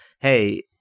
hey